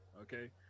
Okay